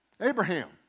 Abraham